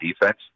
defense